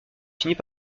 finit